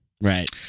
Right